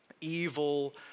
evil